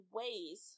ways